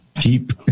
Cheap